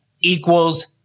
equals